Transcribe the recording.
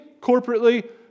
corporately